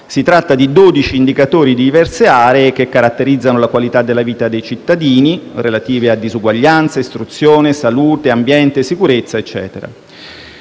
si tratta di 12 indicatori di diverse aree che caratterizzano la qualità della vita dei cittadini relative a disuguaglianza, istruzione, salute, ambiente, sicurezza,